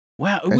Wow